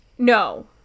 No